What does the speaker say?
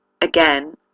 again